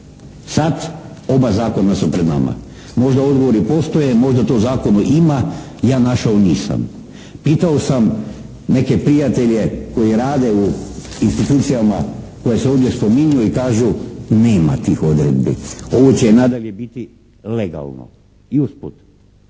sad oba zakona su pred nama. Možda odgovori postoje, možda to u zakonu ima, ja našao nisam. Pitao sam neke prijatelje koji rade u institucijama koje se ovdje spominju i kažu nema tih odredbi. Ovo će nadalje biti legalno. I usput,